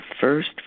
first